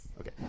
Okay